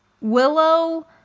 Willow